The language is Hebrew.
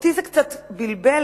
אותי זה קצת בלבל,